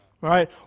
Right